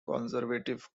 conservative